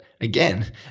again